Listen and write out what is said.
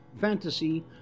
Fantasy